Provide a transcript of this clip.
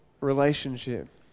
relationship